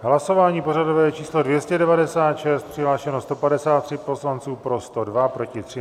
Hlasování pořadové číslo 296, přihlášeno 153 poslanců, pro 102, proti 3.